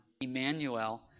Emmanuel